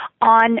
on